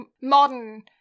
modern